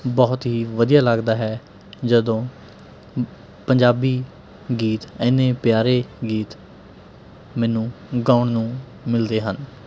ਬਹੁਤ ਹੀ ਵਧੀਆ ਲੱਗਦਾ ਹੈ ਜਦੋਂ ਪੰਜਾਬੀ ਗੀਤ ਇੰਨੇ ਪਿਆਰੇ ਗੀਤ ਮੈਨੂੰ ਗਾਉਣ ਨੂੰ ਮਿਲਦੇ ਹਨ